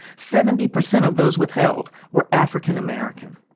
seventy percent of those withheld were african-american.